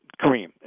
Kareem